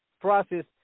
process